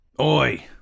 Oi